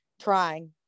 Trying